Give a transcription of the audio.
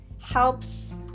helps